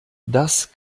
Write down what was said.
das